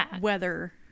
weather